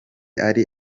ari